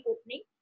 opening